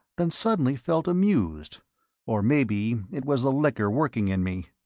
then suddenly felt amused or maybe it was the liquor working in me.